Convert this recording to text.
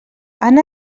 han